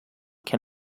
can